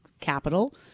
capital